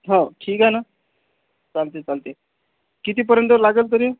हो ठीक आहे ना चालतंय चालतंय कितीपर्यंत लागेल तरी